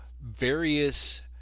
various